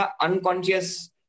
unconscious